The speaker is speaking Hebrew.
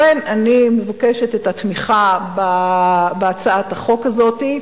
לכן אני מבקשת את התמיכה בהצעת החוק הזאת,